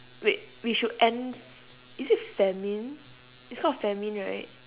wait we should end is it famine it's called famine right